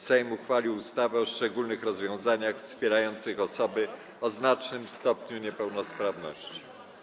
Sejm uchwalił ustawę o szczególnych rozwiązaniach wspierających osoby o znacznym stopniu niepełnosprawności.